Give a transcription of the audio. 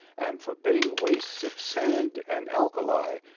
and forbidding wastes of sand and alkali,